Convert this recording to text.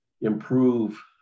improve